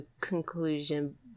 conclusion